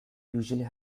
usually